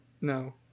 No